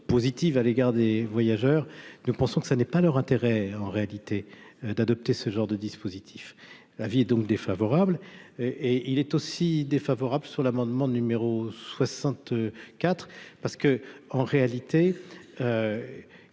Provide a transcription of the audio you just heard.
positive à l'égard des voyageurs, nous pensons que ça n'est pas leur intérêt en réalité d'adopter ce genre de dispositif, la vie est donc défavorable et il est aussi défavorable sur l'amendement numéro 60 IV parce que, en réalité, il